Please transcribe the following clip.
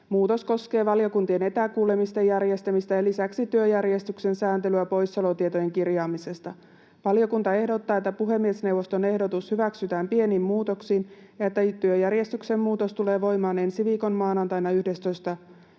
Muutos koskee valiokuntien etäkuulemisten järjestämistä ja lisäksi työjärjestyksen sääntelyä poissaolotietojen kirjaamisesta. Valiokunta ehdottaa, että puhemiesneuvoston ehdotus hyväksytään pienin muutoksin ja että työjärjestyksen muutos tulee voimaan ensi viikon maanantaina 11.10.